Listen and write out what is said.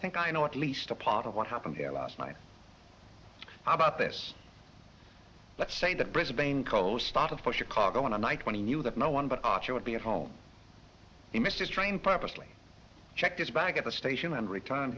think i know at least a part of what happened here last night about this let's say the brisbane costata for chicago on a night when he knew that no one but he would be at home he missed his train purposely checked his bag at the station and return